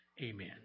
Amen